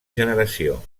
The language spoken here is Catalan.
generació